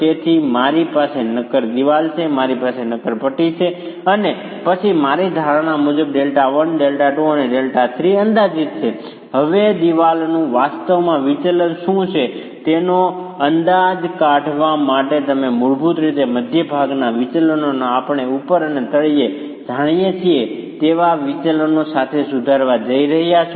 તેથી મારી પાસે નક્કર દિવાલ છે મારી પાસે નક્કર પટ્ટી છે અને પછી મારી ધારણા મુજબ Δ1 Δ2 અને Δ3 અંદાજિત છે હવે દિવાલનું વાસ્તવિક વિચલન શું છે તેનો અંદાજ કાઢવા માટે તમે મૂળભૂત રીતે મધ્ય ભાગના વિચલનોને આપણે ઉપર અને તળિયે જાણીએ છીએ તેવા વિચલનો સાથે સુધારવા જઈ રહ્યા છો